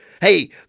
Hey